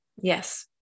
Yes